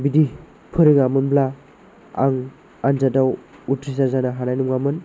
बिदि फोरोङामोनब्ला आं आनजादआव उथ्रिसार जानो हानाय नङामोन